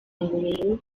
ngororero